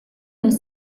los